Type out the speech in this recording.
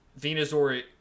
Venusaur